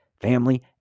family